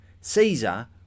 Caesar